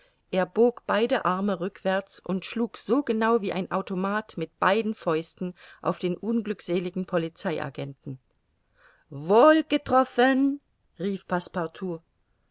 er bog beide arme rückwärts und schlug so genau wie ein automat mit beiden fäusten auf den unglückseligen polizei agenten wohlgetroffen rief